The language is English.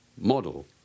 model